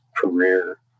career